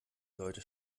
leute